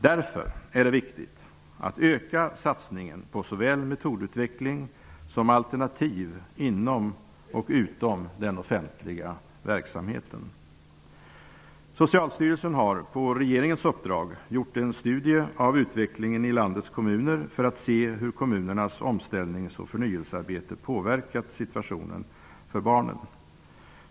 Därför är det viktigt att öka satsningen på såväl metodutveckling som alternativ inom och utom den offentliga verksamheten. Socialstyrelsen har på regeringens uppdrag gjort en studie av utvecklingen i landets kommuner för att se hur kommunernas omställnings och förnyelsearbete har påverkat situationen för barnen.